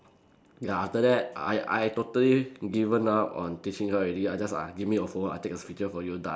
ya after that I I totally given up on teaching her already I just ah give me your phone I take a picture for you done